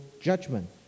judgment